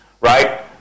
right